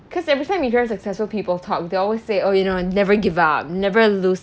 because every time you turn successful people talk they always say oh you know never give up never lose